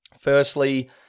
Firstly